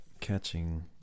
catching